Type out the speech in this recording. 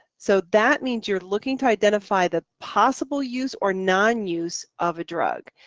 so that means you're looking to identify the possible use or nonuse of a drug.